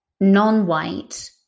non-white